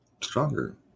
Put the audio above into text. stronger